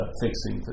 fixing